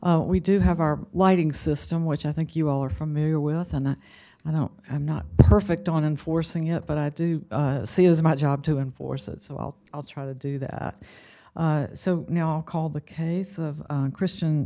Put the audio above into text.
we do have our lighting system which i think you all are familiar with and i know i'm not perfect on enforcing it but i do see it is my job to enforce it so i'll i'll try to do that so now called the case of christian